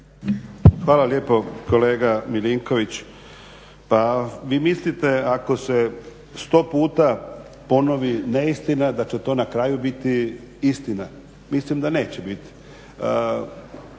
Hvala lijepo. Kolega Milinković, pa vi mislite ako se sto puta ponovi neistina da će to na kraju biti istina. Mislim da neće biti.